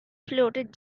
floated